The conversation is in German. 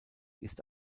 ist